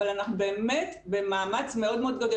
אבל אנחנו באמת במאמץ מאוד מאוד גדול.